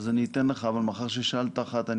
אני אאפשר לך אבל מאחר ששאלת אחת,